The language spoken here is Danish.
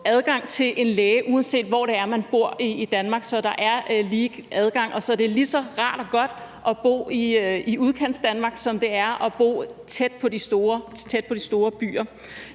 adgang til en læge, uanset hvor man bor i Danmark, så der er lige adgang, og så det er lige så rart og godt at bo i Udkantsdanmark, som det er at bo tæt på de store byer.